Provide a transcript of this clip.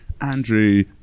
Andrew